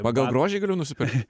pagal grožį galiu nusipirkt